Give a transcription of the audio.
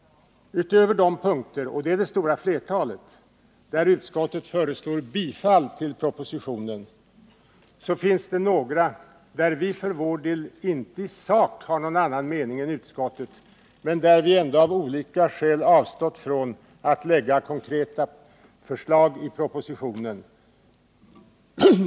Utöver de punkter — och det är det stora flertalet — där utskottet föreslår bifall till propositionens förslag finns det några frågor, där vi inte i sak har någon annan mening än utskottet men där vi ändå av olika skäl avstått från att i propositionen framlägga konkreta förslag.